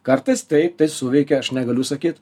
kartais taip tai suveikia aš negaliu sakyt